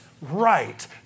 right